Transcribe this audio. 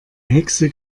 hexe